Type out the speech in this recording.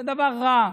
זה דבר רע.